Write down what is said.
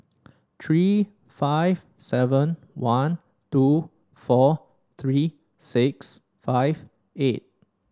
three five seven one two four three six five eight